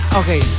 okay